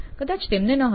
કદાચ તેને નહતી